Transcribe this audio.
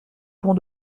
pont